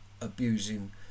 abusing